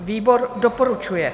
Výbor doporučuje.